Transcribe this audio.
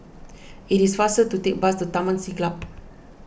it is faster to take the bus to Taman Siglap